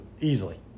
Easily